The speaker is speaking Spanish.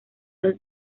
los